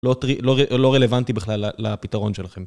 לא רלוונטי בכלל לפתרון שלכם.